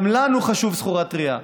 גם לנו חשוב סחורה טרייה.